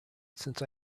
since